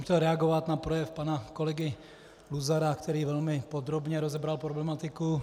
Chtěl jsem reagovat na projev pana kolegy Luzara, který velmi podrobně rozebral problematiku.